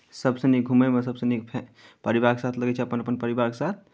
सभसँ नीक घूमयमे सभसँ नीक फै परिवारके साथ लगैत छै अपन अपन परिवारके साथ